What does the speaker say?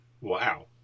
wow